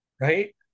right